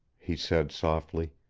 he said softly,